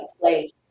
play